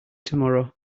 tomorrow